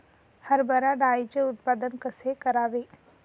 हरभरा डाळीचे उत्पादन कसे करावे?